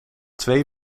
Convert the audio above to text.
twee